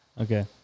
Okay